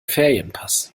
ferienpass